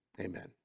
Amen